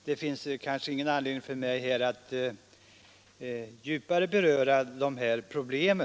Det finns kanske ingen anledning för mig att djupare beröra dessa problem.